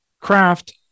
craft